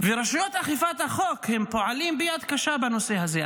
רשויות אכיפת החוק פועלות ביד קשה בנושא הזה,